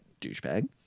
douchebag